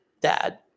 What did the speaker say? dad